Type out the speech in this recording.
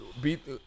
beat